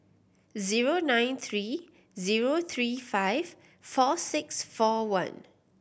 zero nine three zero three five four six four one